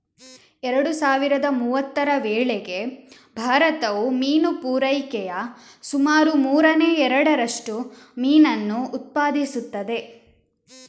ಎರಡು ಸಾವಿರದ ಮೂವತ್ತರ ವೇಳೆಗೆ ಭಾರತವು ಮೀನು ಪೂರೈಕೆಯ ಸುಮಾರು ಮೂರನೇ ಎರಡರಷ್ಟು ಮೀನನ್ನು ಉತ್ಪಾದಿಸುತ್ತದೆ